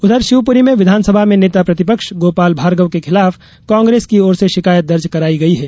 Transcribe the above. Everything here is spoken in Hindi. उधर शिवपूरी में विधानसभा में नेता प्रतिपक्ष गोपाल भार्गव के खिलाफ कांग्रेस की ओर से शिकायत दर्ज कराई गई है